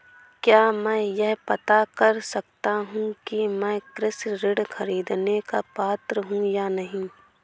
क्या मैं यह पता कर सकता हूँ कि मैं कृषि ऋण ख़रीदने का पात्र हूँ या नहीं?